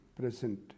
present